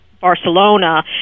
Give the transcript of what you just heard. Barcelona